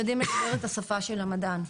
יודעים לדבר את השפה של המדען,